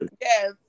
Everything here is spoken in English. Yes